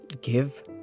Give